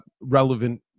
relevant